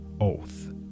oath